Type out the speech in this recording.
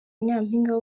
nyampinga